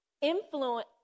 influence